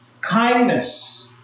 kindness